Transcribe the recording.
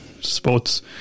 sports